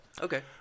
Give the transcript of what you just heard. Okay